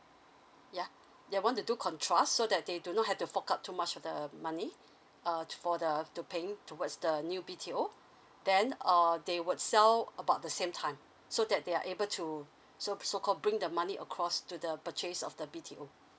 yeah they want to do contrast so that they do not have to fork out too much of the money uh for the to paying towards the new B_T_O then err they would sell about the same time so that they are able to so so called bring the money across to the purchase of the B_T_O